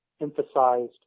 emphasized